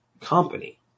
company